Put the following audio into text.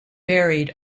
buried